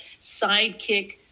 sidekick